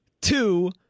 Two